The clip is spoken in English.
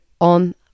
on